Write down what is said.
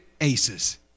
aces